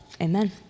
Amen